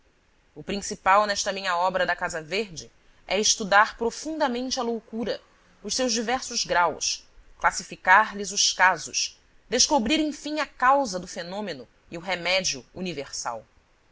o principal nesta minha obra da casa verde é estudar profundamente a loucura os seus diversos graus classificarlhe os casos descobrir enfim a causa do fenômeno e o remédio universal